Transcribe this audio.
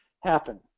happen